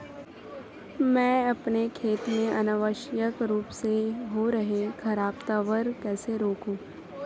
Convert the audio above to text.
मैं अपने खेत में अनावश्यक रूप से हो रहे खरपतवार को कैसे रोकूं?